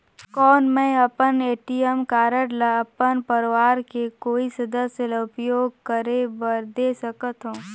कौन मैं अपन ए.टी.एम कारड ल अपन परवार के कोई सदस्य ल उपयोग करे बर दे सकथव?